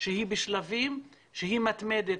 שהיא בשלבים, שהיא מתמדת.